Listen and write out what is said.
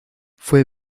fue